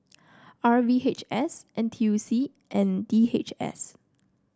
R V H S N T U C and D H S